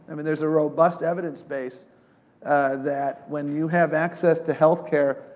i mean, there's a robust evidence base that, when you have access to healthcare,